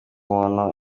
umuntu